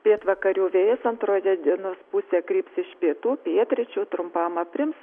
pietvakarių vėjas antroje dienos pusėje kryps iš pietų pietryčių trumpam aprims